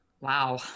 wow